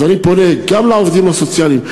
אז אני פונה גם לעובדים הסוציאליים,